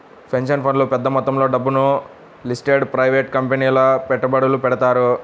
pension ఫండ్లు పెద్ద మొత్తంలో డబ్బును లిస్టెడ్ ప్రైవేట్ కంపెనీలలో పెట్టుబడులు పెడతారు